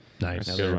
Nice